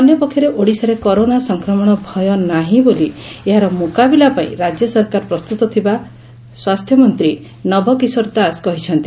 ଅନ୍ୟ ପକ୍ଷରେ ଓଡିଶାରେ କରୋନା ସଂକ୍ରମଶ ଭୟ ନାହିଁ ତଥା ଏହାର ମୁକାବିଲା ପାଇଁ ସରକାର ପ୍ରସ୍ତୁତ ଥିବା ଥିବା ସ୍ୱାସ୍ଥ୍ୟମନ୍ତୀ ନବ କିଶୋର ଦାସ କହିଛନ୍ତି